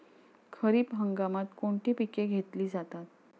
खरीप हंगामात कोणती पिके घेतली जातात?